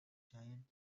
giant